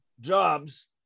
jobs